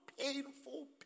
painful